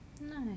nice